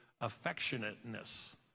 affectionateness